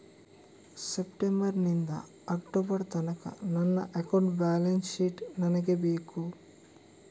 September ನಿಂದ October ತನಕ ನನ್ನ ಅಕೌಂಟ್ ಬ್ಯಾಲೆನ್ಸ್ ಶೀಟ್ ನನಗೆ ಬೇಕು